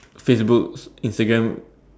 Facebook Instagram